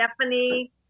Stephanie